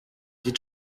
did